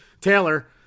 Taylor